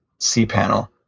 cPanel